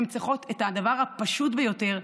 הן צריכות את הדבר הפשוט ביותר,